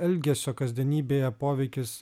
elgesio kasdienybėje poveikis